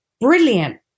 brilliant